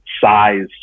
size